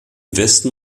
westen